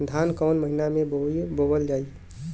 धान कवन महिना में बोवल जाई?